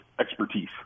expertise